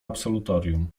absolutorium